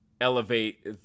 elevate